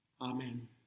Amen